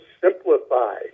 simplify